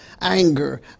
anger